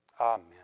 Amen